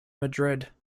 madrid